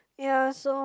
ya so